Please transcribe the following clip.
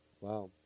Wow